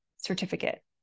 certificate